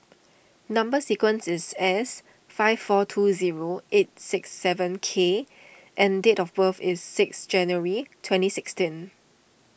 Number Sequence is S five four two zero eight six seven K and date of birth is six January twenty sixteen